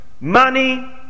money